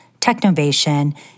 Technovation